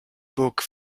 book